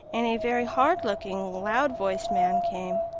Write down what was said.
and a very hard-looking, loud-voiced man came.